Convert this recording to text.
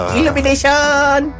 Illumination